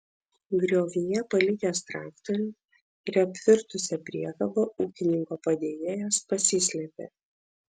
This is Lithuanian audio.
griovyje palikęs traktorių ir apvirtusią priekabą ūkininko padėjėjas pasislėpė